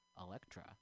Electra